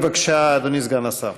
בבקשה, אדוני סגן השר.